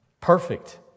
Perfect